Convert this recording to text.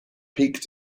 peak